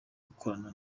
gukorana